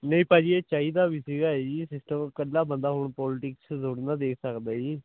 ਨਈਂ ਭਾਜੀ ਇਹ ਚਾਹੀਦਾ ਵੀ ਸੀਗਾ ਜੀ ਇਹ ਸਿਸਟਮ ਇਕੱਲਾ ਬੰਦਾ ਹੁਣ ਪੋਲਟਿਕਸ ਥੋੜ੍ਹੀ ਨਾ ਦੇਖ ਸਕਦਾ ਜੀ